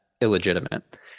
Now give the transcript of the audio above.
illegitimate